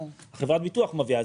חברת הביטוח מביאה.